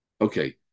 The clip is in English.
Okay